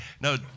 No